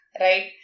right